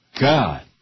God